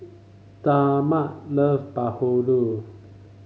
Dagmar love bahulu